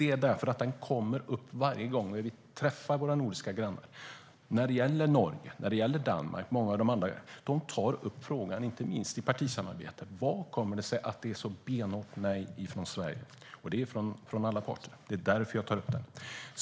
Det är därför att den kommer upp varje gång vi träffar våra nordiska grannar. Norge, Danmark och många av de andra tar upp frågan, inte minst i partisamarbetet: Hur kommer det sig att det är ett sådant benhårt nej från Sverige? Det kommer från alla parter. Det är därför jag tar upp det.